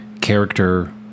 character